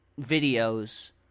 videos